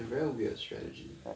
it's very weird strategy